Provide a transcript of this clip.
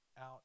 out